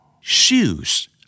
Shoes